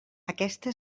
aquesta